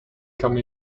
come